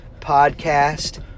podcast